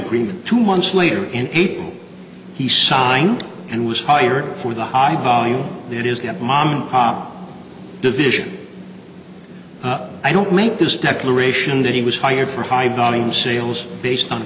agreement two months later and april he signed and was hired for the high value that is the mom division i don't make this declaration that he was hired for high volume sales based on